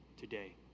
today